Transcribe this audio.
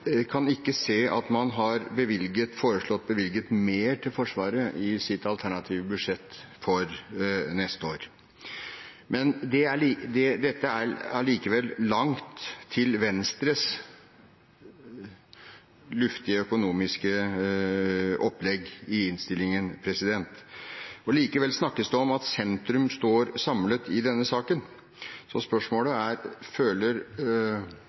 jeg kan ikke se at de har foreslått å bevilge mer til Forsvaret i sitt alternative budsjett for neste år. Det er allikevel langt til Venstres luftige økonomiske opplegg i innstillingen. Likevel snakkes det om at sentrum står samlet i denne saken. Spørsmålet er: Føler